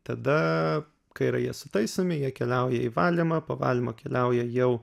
tada kai yra jie sutaisomi jie keliauja į valymą po valymo keliauja jau